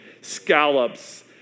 scallops